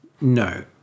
No